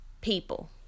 people